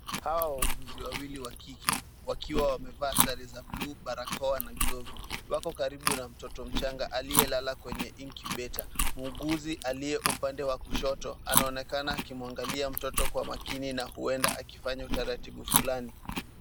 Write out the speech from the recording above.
Hawa wauguzi wawili wa kike wakiwa wamevaa sare za buluu, barakoa na glavu. Wako karibu na mtoto mchanga aliyelala kwenye incubator . Muuguzi aliye upande wa kushoto anaonekana akimwangalia mtoto kwa makini na huenda akifanya utaratibu fulani.